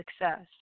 success